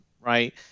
right